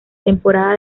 temporada